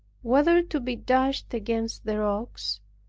whether to be dashed against the rocks,